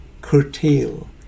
curtail